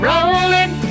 Rolling